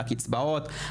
על הקצבאות,